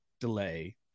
delay